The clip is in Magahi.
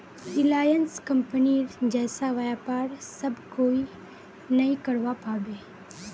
रिलायंस कंपनीर जैसा व्यापार सब कोई नइ करवा पाबे